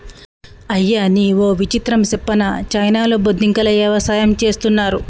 అయ్యనీ ఓ విచిత్రం సెప్పనా చైనాలో బొద్దింకల యవసాయం చేస్తున్నారు